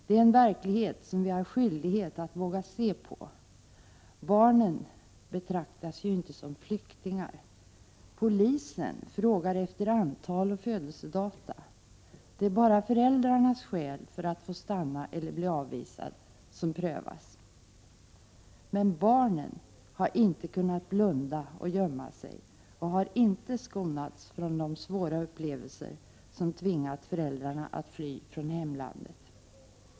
Det är en verklighet som vi har skyldighet att våga se på. Barnen betraktas ju inte som flyktingar. Polisen frågar efter antal och födelsedata. Det är bara föräldrarnas skäl för att få stanna eller bli avvisade som prövas. Men barnen har inte kunnat blunda och gömma sig, och de har inte skonats från de svåra upplevelser som tvingat föräldrarna att fly från hemlandet.